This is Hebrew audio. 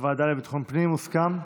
בוועדה לביטחון הפנים.